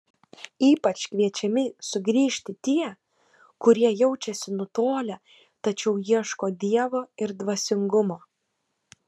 ypač kviečiami sugrįžti tie kurie jaučiasi nutolę tačiau ieško dievo ir dvasingumo